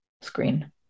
screen